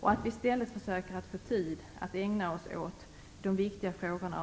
I stället skall vi försöka få tid att ägna oss åt de viktiga frågorna.